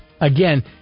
Again